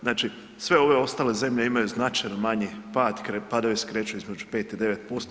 Znači, sve ove ostale zemlje imaju značajno manji pad, padovi se kreću između 5 i 9%